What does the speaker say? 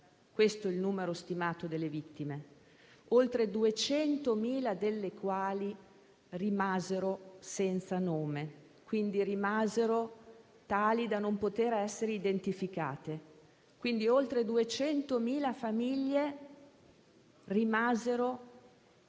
(questo è il numero stimato delle vittime), oltre 200.000 dei quali rimasero senza nome, tali da non poter essere identificati. Quindi oltre 200.000 famiglie rimasero